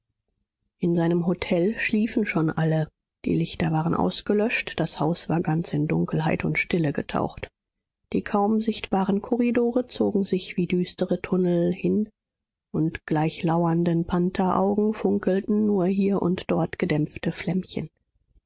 in seinem hotel schliefen schon alle die lichter waren ausgelöscht das haus war ganz in dunkelheit und stille getaucht die kaum sichtbaren korridore zogen sich wie düstere tunnel hin und gleich lauernden pantheraugen funkelten nur hier und dort gedämpfte flämmchen